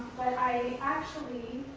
but i actually